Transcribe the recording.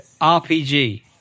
rpg